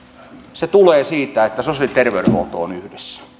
se tulee siitä että sosiaali ja terveydenhuolto on yhdessä